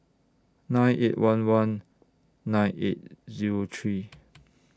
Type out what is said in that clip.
nine eight one one nine eight Zero three